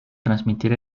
transmitir